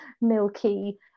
milky